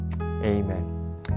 Amen